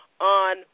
on